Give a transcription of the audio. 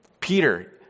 Peter